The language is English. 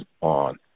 on